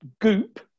Goop